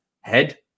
head